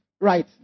right